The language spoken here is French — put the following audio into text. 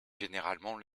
généralement